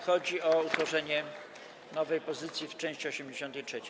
Chodzi o utworzenie nowej pozycji w części 83.